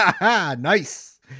nice